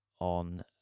on